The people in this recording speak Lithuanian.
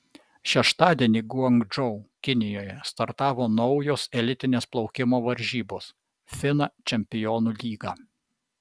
šeštadienį guangdžou kinijoje startavo naujos elitinės plaukimo varžybos fina čempionų lyga